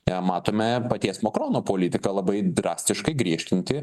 ten matome paties makrono politika labai drastiškai griežtinti